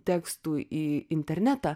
tekstų į internetą